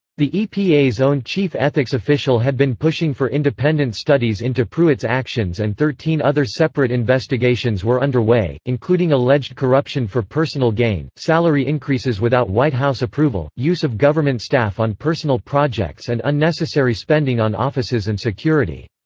the epa's own chief ethics official had been pushing for independent studies into pruitt's actions and thirteen other separate investigations were under way, including alleged corruption for personal gain, salary increases without white house approval, use of government staff on personal projects and unnecessary spending on offices and security.